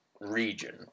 region